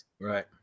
Right